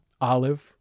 olive